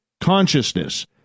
Consciousness